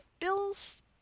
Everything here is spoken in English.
Bill's